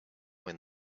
when